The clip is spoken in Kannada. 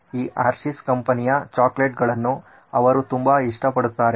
ಈ ಹರ್ಷೀಸ್ ಕಂಪನಿಯ ಚಾಕೊಲೇಟುಗಳನ್ನು ಅವರು ತುಂಬ ಇಷ್ಟ ಪಡುತ್ತಾರೆ